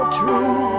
true